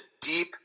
deep